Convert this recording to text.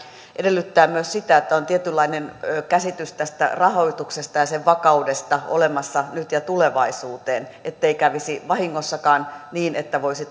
edellyttää myös sitä että on tietynlainen käsitys olemassa tästä rahoituksesta ja sen vakaudesta nyt ja tulevaisuuteen ettei kävisi vahingossakaan niin että voisi